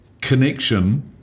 connection